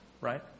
right